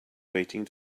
waiting